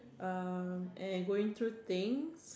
uh and going through things